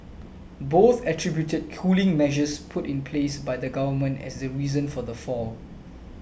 both attributed cooling measures put in place by the government as the reason for the fall